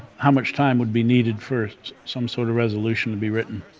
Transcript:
how much time would be needed for some sort of resolution to be written?